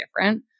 different